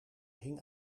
hing